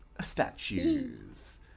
statues